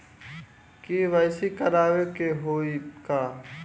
KYC करावे के होई का?